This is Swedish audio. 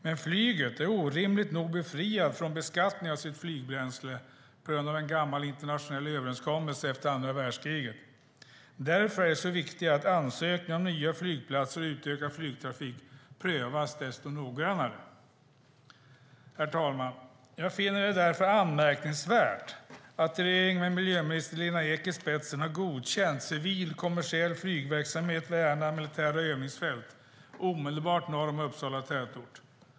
Men flyget är orimligt nog befriat från beskattning av sitt flygbränsle på grund av en gammal internationell överenskommelse efter andra världskriget. Därför är det viktigt att ansökningar om nya flygplatser och utökad flygtrafik prövas desto noggrannare. Herr talman! Jag finner det därför anmärkningsvärt att regeringen med miljöminister Lena Ek i spetsen har godkänt civil kommersiell flygverksamhet vid Ärna militära övningsfält omedelbart norr om Uppsala tätort.